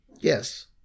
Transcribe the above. Yes